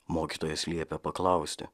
mokytojas liepė paklausti